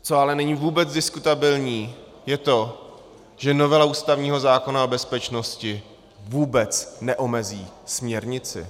Co ale není vůbec diskutabilní, je to, že novela ústavního zákona o bezpečnosti vůbec neomezí směrnici.